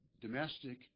domestic